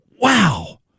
Wow